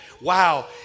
Wow